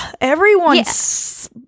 Everyone's